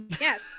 yes